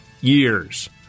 years